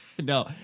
No